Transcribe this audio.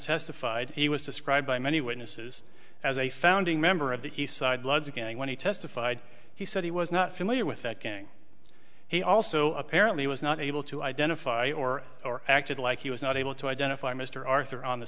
testified he was described by many witnesses as a founding member of the eastside logic and when he testified he said he was not familiar with that gang he also apparently was not able to identify or or acted like he was not able to identify mr arthur on the